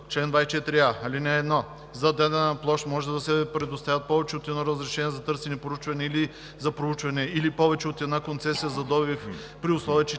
и 24б: „Чл. 24а. (1) За дадена площ може да се предоставят повече от едно разрешение за търсене и проучване или за проучване, или повече от една концесия за добив, при условие че